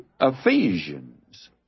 Ephesians